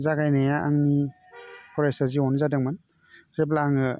जागायनाया आंनि फरायसा जिउआवनो जादोंमोन जेब्ला आङो